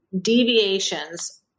deviations